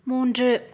மூன்று